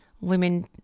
women